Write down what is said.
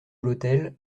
l’hôtel